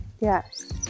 Yes